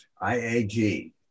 I-A-G